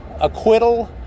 acquittal